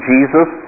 Jesus